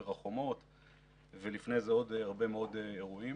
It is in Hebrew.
החומות ולפני כן עוד הרבה מאוד אירועים.